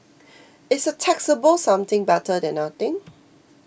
is a taxable something better than nothing